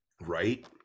Right